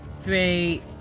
three